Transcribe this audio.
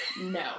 No